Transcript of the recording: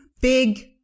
big